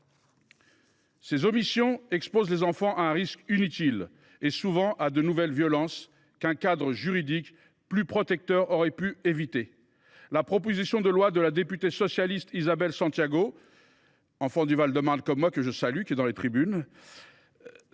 Ces omissions exposent les enfants à un risque inutile et, souvent, à de nouvelles violences qu’un cadre juridique plus protecteur aurait permis d’éviter. La proposition de loi de la députée socialiste Isabelle Santiago – enfant du Val de Marne, tout comme moi – vise justement à construire